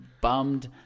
bummed